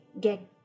get